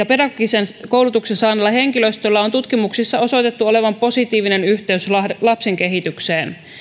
pedagogisen koulutuksen saaneella henkilöstöllä on tutkimuksissa osoitettu olevan positiivinen yhteys lapsen kehitykseen